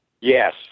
Yes